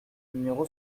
numéro